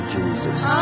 Jesus